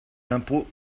l’impôt